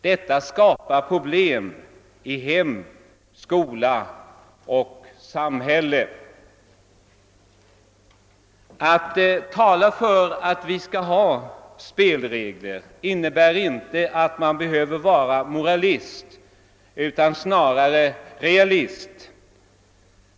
Det skapar problem i hem, skola och samhälle. Att tala för att vi måste ha spelregler innebär inte att man behöver vara moralist, utan snarare realist.